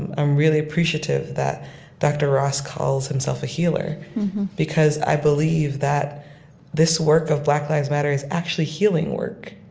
i'm really appreciative that dr. ross calls himself a healer because i believe that this work of black lives matter is actually healing work.